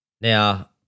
Now